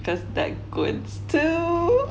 because that 滚 too